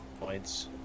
Points